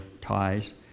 ties